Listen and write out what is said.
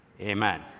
Amen